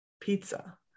Pizza